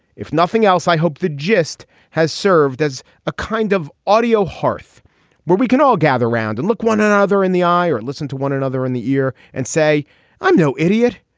if nothing else, i hope the gist has served as a kind of audio hearth where we can all gather round and look one another in the eye, or listen to one another in the ear and say i'm no idiot,